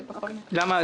למה?